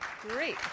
Great